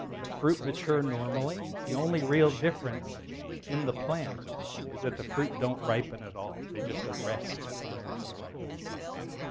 the fruit mature normally. the only real difference in the plant is that the fruit don't ripen at all. they just arrest prior to the ripening process.